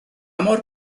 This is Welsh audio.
mor